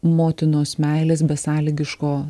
motinos meilės besąlygiško